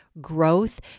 growth